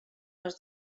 les